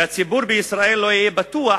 והציבור בישראל לא יהיה בטוח